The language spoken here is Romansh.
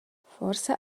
forsa